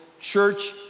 church